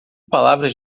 palavras